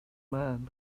man